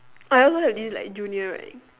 I also have this like junior right